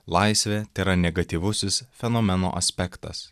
laisvė tėra negatyvusis fenomeno aspektas